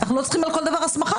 לא צריך על כל דבר הסמכה.